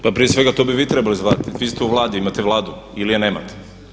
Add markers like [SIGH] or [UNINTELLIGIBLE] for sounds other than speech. Pa prije svega to bi vi trebali … [UNINTELLIGIBLE] vi ste u Vladi, imate Vladu, ili je nemate.